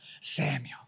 Samuel